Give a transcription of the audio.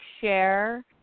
share